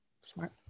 smart